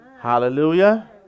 Hallelujah